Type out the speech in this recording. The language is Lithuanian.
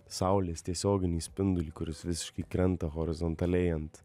saulės tiesioginį spindulį kuris visiškai krenta horizontaliai ant